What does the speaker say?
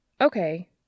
okay